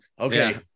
Okay